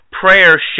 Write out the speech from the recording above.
prayer